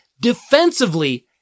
defensively